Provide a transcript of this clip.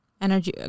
energy